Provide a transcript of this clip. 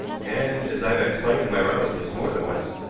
and, as i have explained to my relatives more than once,